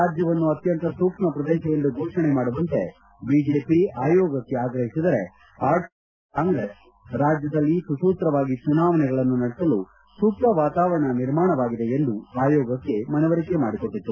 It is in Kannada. ರಾಜ್ಯವನ್ನು ಅತ್ಯಂತ ಸೂಕ್ಷ್ಮ ಪ್ರದೇಶವೆಂದು ಫೋಷಣೆ ಮಾಡುವಂತೆ ಬಿಜೆಪಿ ಆಯೋಗಕ್ಷೆ ಆಗ್ರಹಿಸಿದರೆ ಆಡಳಿತರೂಢ ತ್ಯಣಮೂಲ ಕಾಂಗ್ರೆಸ್ ರಾಜ್ಲದಲ್ಲಿ ಸುಸೂತ್ರವಾಗಿ ಚುನಾವಣೆಗಳನ್ನು ನಡೆಸಲು ಸೂಕ್ತ ವಾತಾವರಣ ನಿರ್ಮಾಣವಾಗಿದೆ ಎಂದು ಆಯೋಗಕ್ಕೆ ಮನವರಿಕೆ ಮಾಡಿಕೊಟ್ಟದೆ